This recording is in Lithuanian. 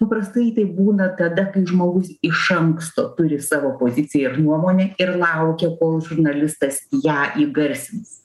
paprastai taip būna tada kai žmogus iš anksto turi savo poziciją ir nuomonę ir laukia kol žurnalistas ją įgarsins